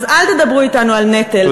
אז אל תדברו אתנו על נטל.